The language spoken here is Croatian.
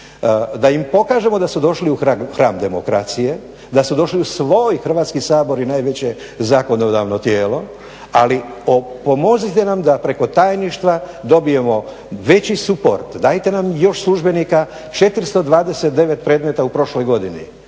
da im pokažemo da su došli u hram demokracije, da su došli u svoj Hrvatski sabor i najveće zakonodavno tijelo. Ali pomozite nam da preko tajništva dobijemo veći suport. Dajte nam još službenika, 429 predmeta u prošloj godini.